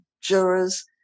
jurors